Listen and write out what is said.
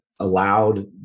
allowed